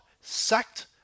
sacked